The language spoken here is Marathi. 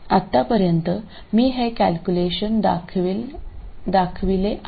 आतापर्यंत मी हे कॅल्क्युलेशन देखील दाखविले आहे